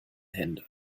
hände